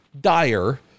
dire